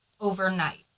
overnight